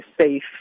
safe